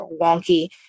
wonky